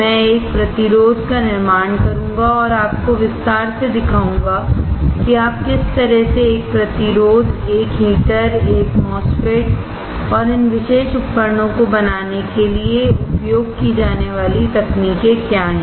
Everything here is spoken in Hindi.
मैं एक प्रतिरोधका निर्माण करूंगा और आपको विस्तार से दिखाऊंगा कि आप किस तरह से एक प्रतिरोध एक हीटर एक MOSFET और इन विशेष उपकरणों को बनाने के लिए उपयोग की जाने वाली तकनीकें क्या हैं